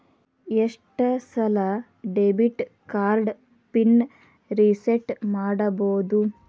ಎಷ್ಟ ಸಲ debit card pin reset ಮಾಡಬೋದು